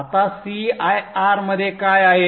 आता cir मध्ये काय आहे